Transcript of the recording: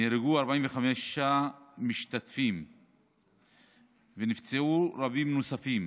נהרגו 45 משתתפים ונפצעו רבים נוספים.